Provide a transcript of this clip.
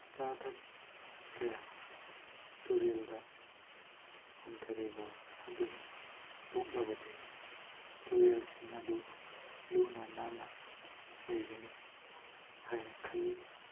ꯑꯆꯥ ꯑꯊꯛ ꯀꯌꯥ ꯇꯨꯔꯦꯜꯗ ꯍꯨꯟꯊꯔꯤꯕ ꯑꯗꯨ ꯇꯣꯛꯂꯕꯗꯤ ꯇꯨꯔꯦꯜꯁꯤꯡ ꯑꯗꯨ ꯂꯨꯅ ꯅꯥꯟꯅ ꯂꯩꯒꯅꯤ ꯍꯥꯏꯅ ꯈꯜꯂꯤ